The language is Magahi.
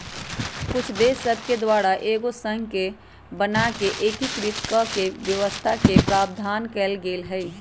कुछ देश सभके द्वारा एगो संघ के बना कऽ एकीकृत कऽकेँ व्यवस्था के प्रावधान कएल गेल हइ